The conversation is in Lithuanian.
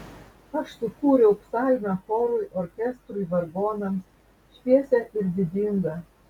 aš sukūriau psalmę chorui orkestrui vargonams šviesią ir didingą